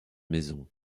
maisons